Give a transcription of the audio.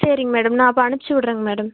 சரிங்க மேடம் நான் அப்போ அனுப்பிச்சி விட்றேங்க மேடம்